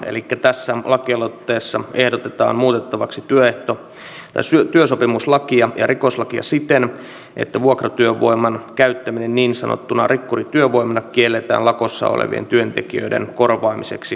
elikkä tässä lakialoitteessa ehdotetaan muutettavaksi työsopimuslakia ja rikoslakia siten että vuokratyövoiman käyttäminen niin sanottuna rikkurityövoimana kielletään lakossa olevien työntekijöiden korvaamiseksi vuokratyöntekijöillä